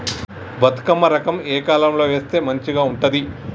బతుకమ్మ రకం ఏ కాలం లో వేస్తే మంచిగా ఉంటది?